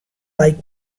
like